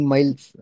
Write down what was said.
Miles